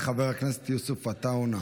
חבר הכנסת יוסף עטאונה.